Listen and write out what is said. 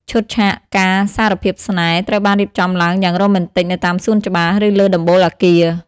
ឈុតឆាកការសារភាពស្នេហ៍ ត្រូវបានរៀបចំឡើងយ៉ាងរ៉ូមែនទិកនៅតាមសួនច្បារ ឬលើដំបូលអគារ។